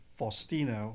Faustino